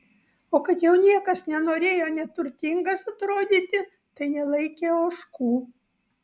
o kad jau niekas nenorėjo neturtingas atrodyti tai nelaikė ožkų